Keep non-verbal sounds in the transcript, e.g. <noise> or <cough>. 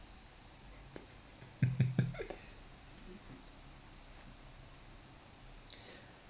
<laughs> <noise>